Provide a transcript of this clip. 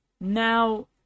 Now